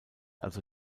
also